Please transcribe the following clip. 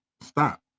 Stop